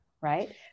right